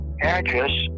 address